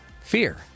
Fear